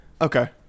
Okay